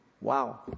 Wow